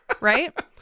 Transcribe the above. Right